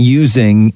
using